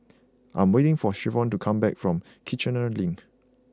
I am waiting for Jayvion to come back from Kiichener Link